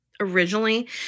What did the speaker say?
originally